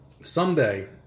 Someday